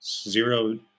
Zero